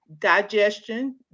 digestion